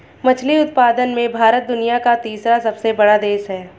मछली उत्पादन में भारत दुनिया का तीसरा सबसे बड़ा देश है